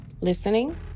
listening